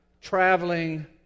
traveling